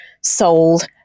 sold